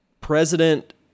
president